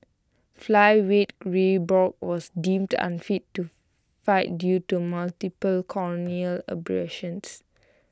flyweight ray Borg was deemed unfit to fight due to multiple corneal abrasions